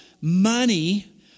money